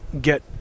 get